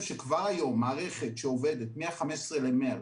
שכבר היום מערכת שעובדת מ-15 במרץ,